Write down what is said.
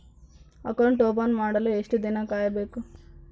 Account open ಮಾಡಲು ಎಷ್ಟು ದಿನ ಕಾಯಬೇಕು?